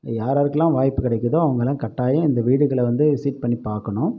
யாராருக்குலாம் வாய்ப்பு கிடைக்குதோ அவங்கள்லாம் கட்டாயம் இந்த வீடுகளை வந்து விசிட் பண்ணி பார்க்கணும்